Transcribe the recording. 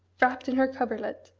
wrapped in her coverlet,